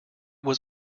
was